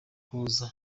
kuza